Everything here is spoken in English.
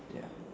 ya